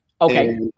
Okay